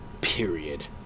Period